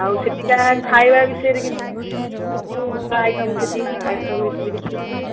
ଆଉ ସେଠିକା ଖାଇବା ବିଷୟରେ ସେ ଯେଉଁ ଭଲ ଆଇଟମ୍ ସେଠି